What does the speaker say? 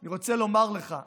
אני רוצה לומר לך,